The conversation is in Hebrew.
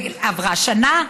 עברו שנה,